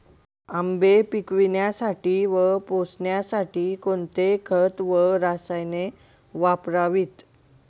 आंबे पिकवण्यासाठी व पोसण्यासाठी कोणते खत व रसायने वापरावीत?